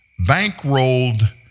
bankrolled